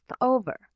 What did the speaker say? over